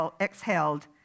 exhaled